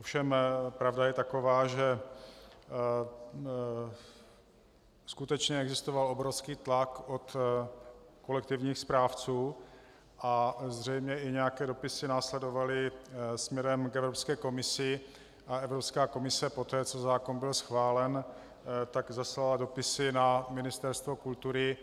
Ovšem pravda je taková, že skutečně existoval obrovský tlak od kolektivních správců a zřejmě i nějaké dopisy následovaly směrem k Evropské komisi a Evropská komise poté, co zákon byl schválen, zaslala dopisy na Ministerstvo kultury.